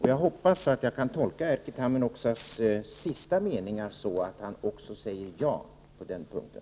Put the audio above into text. Jag hoppas att jag kan tolka Erkki Tammenoksas sista meningar så, att han också säger ja på den punkten.